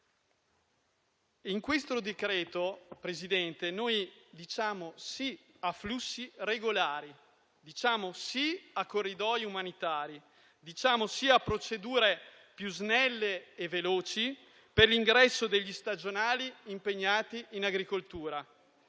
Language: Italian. in questo decreto-legge diciamo sì ai flussi regolari, ai corridoi umanitari, alle procedure più snelle e veloci per l'ingresso degli stagionali impegnati in agricoltura.